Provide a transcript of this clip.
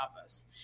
office